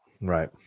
Right